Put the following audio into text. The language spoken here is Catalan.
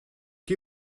qui